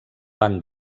banc